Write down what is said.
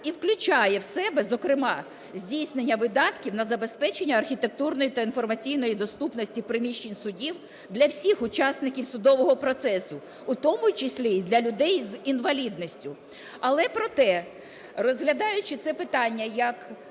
і включає в себе, зокрема, здійснення видатків на забезпечення архітектурної та інформаційної доступності приміщень судів для всіх учасників судового процесу, у тому числі і для людей з інвалідністю. Але проте, розглядаючи це питання як